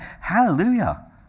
Hallelujah